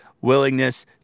willingness